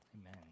Amen